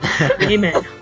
Amen